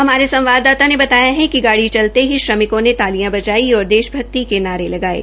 हमारे संवाददाता ने बताया कि गाड़ी चलते ही श्रमिकों ने तालिया बजाई और देश भक्ति के नारे लगाये